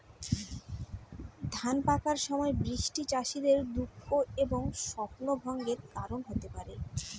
ধান পাকার সময় বৃষ্টি চাষীদের দুঃখ এবং স্বপ্নভঙ্গের কারণ হতে পারে